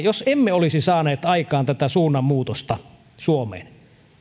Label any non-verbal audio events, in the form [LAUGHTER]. [UNINTELLIGIBLE] jos emme olisi saaneet aikaan tätä suunnanmuutosta suomeen